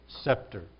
scepter